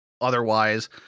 otherwise